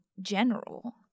general